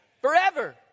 Forever